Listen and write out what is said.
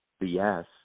yes